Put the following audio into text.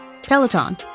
Peloton